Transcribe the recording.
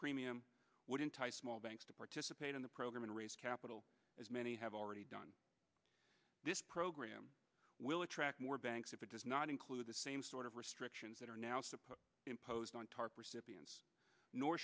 premium would entice small banks to participate in the program and raise capital as many have already done this program will attract more banks if it does not include the same sort of restrictions that are now suppose imposed on tarp recipients nor